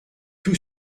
tout